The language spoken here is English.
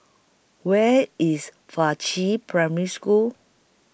Where IS Faqi Primary School